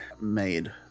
made